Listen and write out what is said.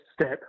step